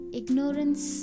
ignorance